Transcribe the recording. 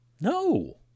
No